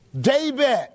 David